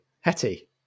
Hetty